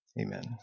Amen